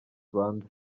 rwanda